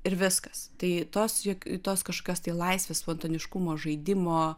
ir viskas tai tos juk tos kažkokios tai laisvės spontaniškumo žaidimo